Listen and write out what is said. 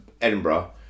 Edinburgh